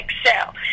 excel